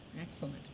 Excellent